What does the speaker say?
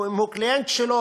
אם הוא קליינט שלו,